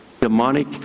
demonic